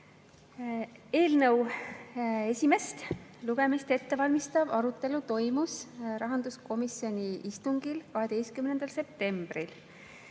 Eelnõu esimest lugemist ette valmistav arutelu toimus rahanduskomisjoni istungil 12. septembril.